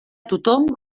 tothom